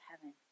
heaven